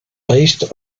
based